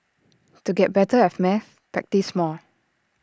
to get better at maths practise more